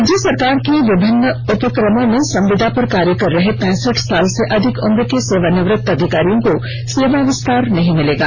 राज्य सरकार के विभिन्न उपक्रमों में संविदा पर कार्य कर रहे पैंसठ साल से अधिक उम्र के सेवानिवृत अधिकारियों को सेवा विस्तार नहीं मिलेगा